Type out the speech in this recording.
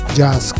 jazz